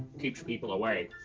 keeps people away.